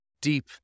deep